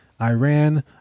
Iran